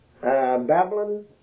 Babylon